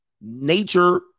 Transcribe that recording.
Nature